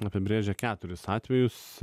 apibrėžia keturis atvejus